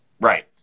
Right